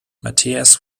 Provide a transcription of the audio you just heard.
mathias